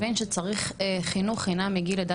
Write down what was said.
צריך להבין שצריך חינוך חינם מגיל לידה